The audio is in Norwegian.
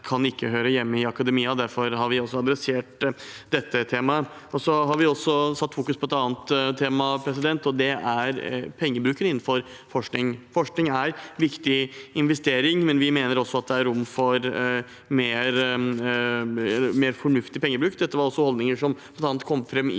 ikke høre hjemme i akademia. Derfor har vi tatt opp dette temaet. Så har vi også fokusert på et annet tema, og det er pengebruken innenfor forskning. Forskning er en viktig investering, men vi mener at det er rom for mer fornuftig pengebruk. Dette var også holdninger som bl.a. kom fram i